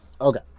Okay